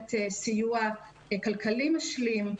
כוללת סיוע כלכלי משלים.